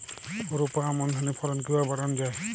রোপা আমন ধানের ফলন কিভাবে বাড়ানো যায়?